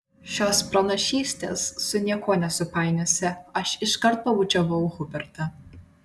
šios pranašystės su niekuo nesupainiosi aš iškart pabučiavau hubertą